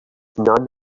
none